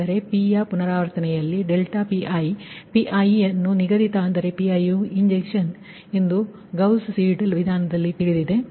ಅಂದರೆ p ಯ ಪುನರಾವರ್ತನೆಯಲ್ಲಿ ∆Pi Pi ನಿಗದಿತ ಅಂದರೆ Pi ಯು ಇಂಜೆಕ್ಷನ್ಎಂದು ಗೌಸ್ ಸೀಡೆಲ್ ವಿಧಾನದಲ್ಲಿ ತಿಳಿದಿದೆ